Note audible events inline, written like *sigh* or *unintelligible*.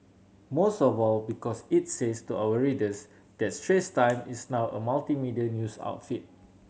most of all because it's says to our readers that *unintelligible* is now a multimedia news outfit